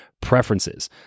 preferences